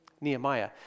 Nehemiah